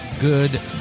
good